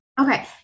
Okay